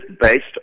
based